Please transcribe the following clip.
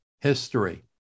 history